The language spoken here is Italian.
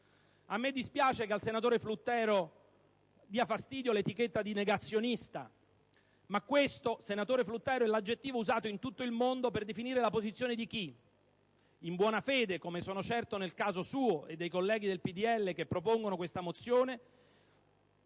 A me dispiace che al senatore Fluttero dia fastidio l'etichetta di negazionista, ma questo è l'aggettivo usato in tutto il mondo per definire la posizione di chi, in buona fede (come sono certo nel caso suo e dei colleghi del PdL che propongono questa mozione),